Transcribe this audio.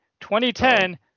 2010